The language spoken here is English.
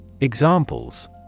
Examples